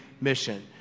mission